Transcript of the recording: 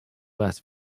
last